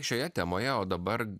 šioje temoje o dabar